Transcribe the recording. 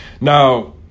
Now